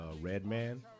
Redman